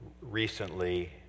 recently